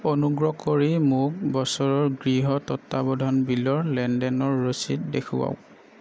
অনুগ্ৰহ কৰি মোক বছৰৰ গৃহ তত্ত্বাৱধান বিলৰ লেনদেনৰ ৰচিদ দেখুৱাওক